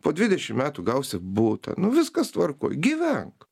po dvidešim metų gausi butą nu viskas tvarkoj gyvenk